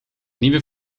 nieuwe